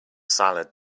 salad